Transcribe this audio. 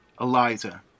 Eliza